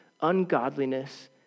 ungodliness